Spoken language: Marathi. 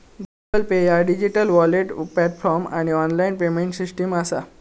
गुगल पे ह्या डिजिटल वॉलेट प्लॅटफॉर्म आणि ऑनलाइन पेमेंट सिस्टम असा